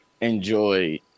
enjoy